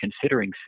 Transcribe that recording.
considering